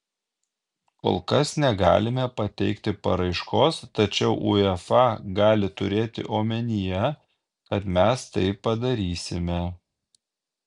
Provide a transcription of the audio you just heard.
kol kas negalime pateikti paraiškos tačiau uefa gali turėti omenyje kad mes tai padarysime